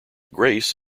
grace